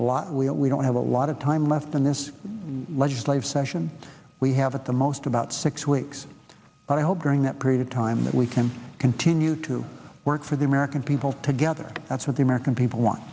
a lot we only don't have a lot of time left in this legislative session we have at the most about six weeks but i hope during that period of time that we can continue to work for the american people together that's what the american people want